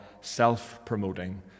self-promoting